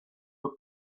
were